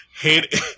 hit